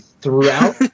throughout